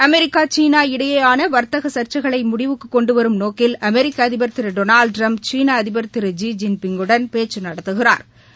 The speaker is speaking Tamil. அமெரிக்கா சீனா இடையேயான வர்த்தக சர்ச்சைகளை முடிவுக்குக் கொண்டுவரும் நோக்கில் அமெரிக்க அதிபர் திரு டொனால்டு ட்டிரம்ப் சீனா அதிபர் திரு ஜி ஜின் பிங் வுடன் பேச்சு நடத்துகிறாா